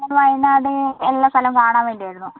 വയനാട് എല്ലാ സ്ഥലവും കാണാൻ വേണ്ടി ആയിരുന്നു